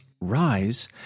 rise